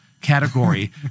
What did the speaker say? category